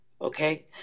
Okay